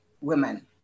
women